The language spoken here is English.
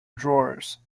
drawers